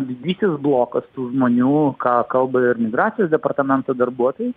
didysis blokas tų žmonių ką kalba ir migracijos departamento darbuotojai